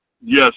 Yes